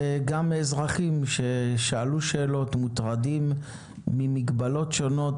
וגם מאזרחים ששאלו שאלות ומוטרדים ממגבלות שונות